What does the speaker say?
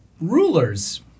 Rulers